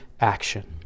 action